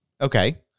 Okay